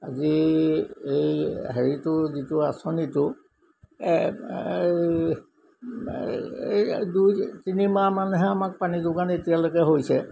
আজি এই হেৰিটো যিটো আঁচনিটো দুই তিনি মাহ মানহে আমাক পানী যোগান এতিয়ালৈকে হৈছে